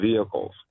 vehicles